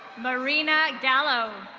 marina gallo.